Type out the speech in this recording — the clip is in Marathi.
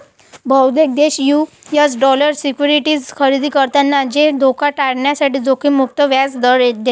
बहुतेक देश यू.एस डॉलर सिक्युरिटीज खरेदी करतात जे धोका टाळण्यासाठी जोखीम मुक्त व्याज दर देतात